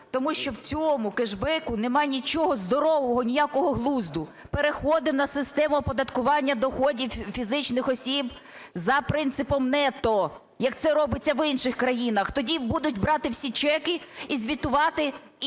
тому що в цьому кешбеку немає нічого здорового ніякого глузду. Переходимо на систему оподаткування доходів фізичних осіб за принципом нетто, як це робиться в інших країнах. Тоді будуть брати всі чекати і звітувати, і